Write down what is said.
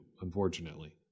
unfortunately